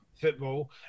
football